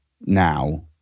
now